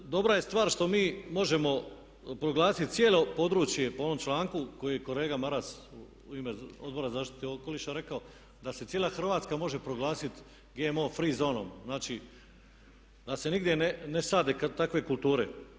Tako da dobra je stvar što mi možemo proglasit cijelo područje po ovom članku koji je kolega Maras u ime Odbora za zaštitu okoliša rekao da se cijela Hrvatska može proglasiti GMO free zonom, znači da se nigdje ne sade takve kulture.